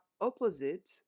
opposite